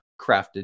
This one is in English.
crafted